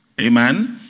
Amen